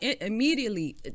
immediately